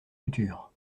couture